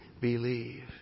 believe